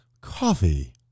Coffee